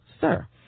Sir